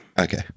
Okay